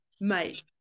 mate